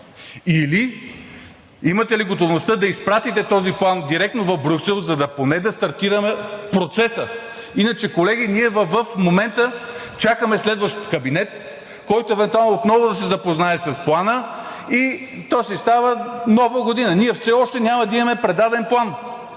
Или имате ли готовността да изпратите този план директно в Брюксел, поне да стартираме процеса? Колеги, иначе ние в момента чакаме следващ кабинет, който евентуално отново да се запознае с Плана и то си става Нова година, а ние все още няма да имаме предаден План?!